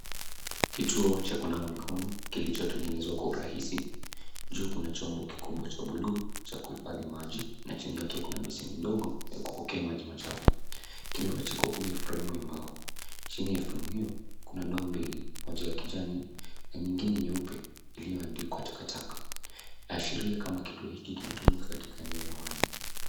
Kituo cha kunawa mikono kilichotengenezwa kwa urahisi. Juu kuna chombo kikubwa cha buluu cha kuhifadhi maji na chini yake kuna besheni ndogo ya kupokea maji machafu. Kimepachikwa kwenye fremu ya mbao. Chini ya fremu hiyo kuna ndoo mbili, moja ya kijani na nyingine nyeupe iliyoandikwa takataka. Inaashiria kama kituo hiki kinatumika katika eneo la wazi.